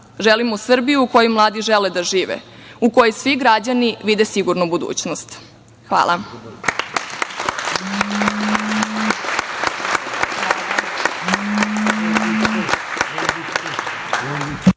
praksu. Želimo Srbiju u kojoj mladi žele da žive, u kojoj svi građani vide sigurnu budućnost. Hvala.